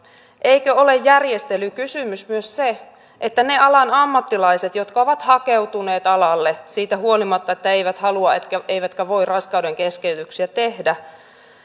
eikö ole järjestelykysymys myös se että ne alan ammattilaiset jotka ovat hakeutuneet alalle siitä huolimatta että eivät halua eivätkä eivätkä voi raskaudenkeskeytyksiä tehdä